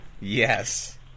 Yes